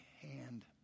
hand